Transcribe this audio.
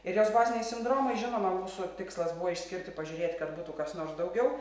ir jos baziniai sindromai žinoma mūsų tikslas buvo išskirt ir pažiūrėt kad būtų kas nors daugiau